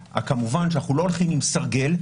כמובן שאנחנו לא הולכים עם סרגל,